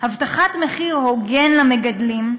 הבטחת מחיר הוגן למגדלים,